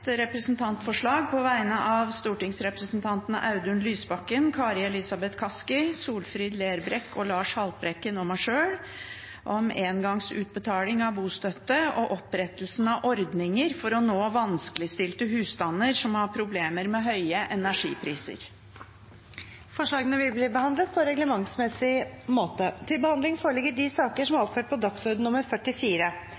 representantforslag på vegne av stortingsrepresentantene Audun Lysbakken, Kari Elisabeth Kaski, Solfrid Lerbrekk, Lars Haltbrekken og meg sjøl om engangsutbetaling av bostøtte og opprettelsen av midlertidige ordninger for å nå vanskeligstilte husstander som har problemer med høye energipriser. Forslagene vil bli behandlet på reglementsmessig måte. Før sakene på dagens kart tas opp til behandling